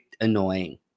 annoying